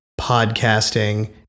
podcasting